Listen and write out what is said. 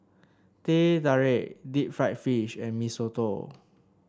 Teh Tarik Deep Fried Fish and Mee Soto